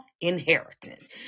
inheritance